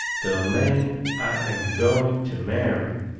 the man i am going to marry.